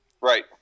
Right